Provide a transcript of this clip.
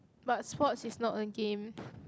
but sports is not a game